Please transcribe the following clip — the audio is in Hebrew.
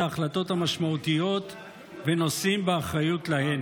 ההחלטות המשמעותיות ונושאים באחריות להן.